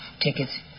tickets